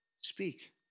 speak